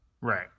Right